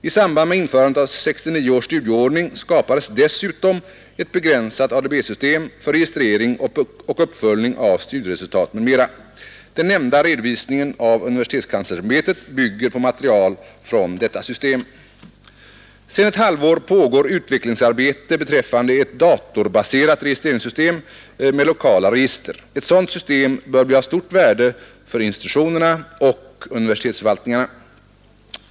I samband med införandet av 1969 års studieordning skapades dessutom ett begränsat ADB-system för registrering och uppföljning av studieresultat m.m. Den nämnda redovisningen av universitetskanslersämbetet bygger på material från detta system. Sedan ett halvår pågår utvecklingsarbete beträffande ett datorbaserat registreringssystem med lokala register. Ett sådant system bör bli av stort värde för institutionerna och universitetsförvaltningarna.